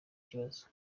kibazo